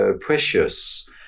precious